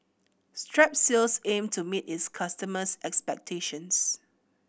strepsils aim to meet its customers' expectations